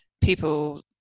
people